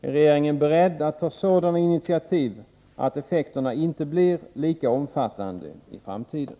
Är regeringen beredd att ta sådana initiativ att effekterna inte blir lika omfattande i framtiden?